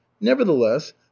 Nevertheless